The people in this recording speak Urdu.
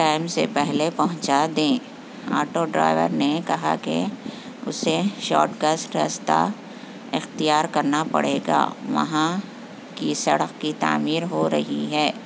ٹائم سے پہلے پہنچا دیں آٹو ڈرائیور نے کہا کہ اسے شارٹ کس راستہ اختیار کرنا پڑے گا وہاں کی سڑک کی تعمیر ہو رہی ہے